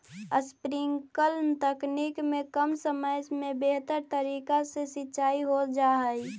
sprinkler तकनीक में कम समय में बेहतर तरीका से सींचाई हो जा हइ